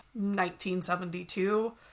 1972